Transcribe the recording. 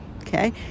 okay